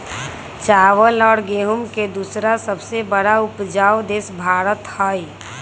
चावल और गेहूं के दूसरा सबसे बड़ा उपजाऊ देश भारत हई